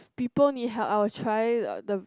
people need help I'll try the